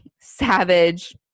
Savage